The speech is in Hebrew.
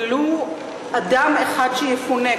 ראש הממשלה דיבר: ולו אדם אחד שיפונה.